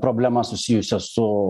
problemas susijusias su